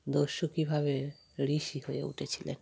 দস্যু কীভাবে ঋষি হয়ে উঠেছিলেন